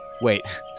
Wait